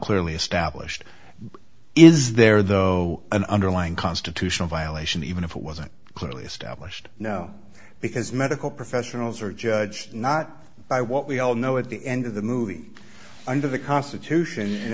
clearly established is there though an underlying constitutional violation even if it wasn't clearly established no because medical professionals are judged not by what we all know at the end of the movie under the constitution and